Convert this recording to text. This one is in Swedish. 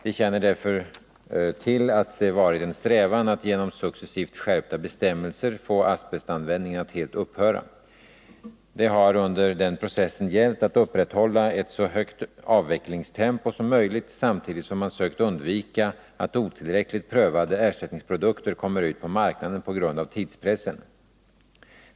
De bör därför känna till att det varit en strävan att genom successivt skärpta bestämmelser få asbestanvändningen att helt upphöra. Det har under den processen gällt att upprätthålla ett så högt avvecklingstempo som möjligt samtidigt som man sökt undvika att otillräckligt prövade ersättningsprodukter kommer ut på marknaden på grund av tidspressen.